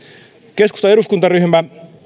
keskustan eduskuntaryhmä